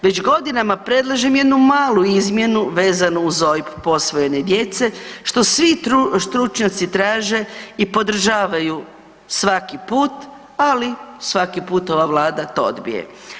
Već godinama predlažem jednu malu izmjenu vezanu uz OIB posvojene djece, što svi stručnjaci traže i podržavaju svaki put, ali svaki put ova vlada to odbije.